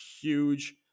huge